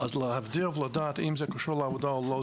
אז להבדיל ולדעת אם זה קשור לעבודה או לא,